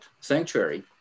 sanctuary